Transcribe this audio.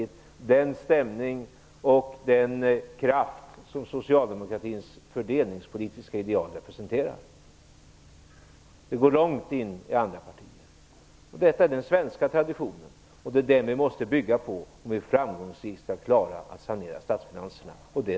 Det är den stämning och den kraft som socialdemokratins fördelningspolitiska ideal representerar. Det går långt in i andra partier. Detta är den svenska traditionen, och det är den vi måste bygga på om vi framgångsrikt skall klara att sanera statsfinanserna.